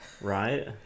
right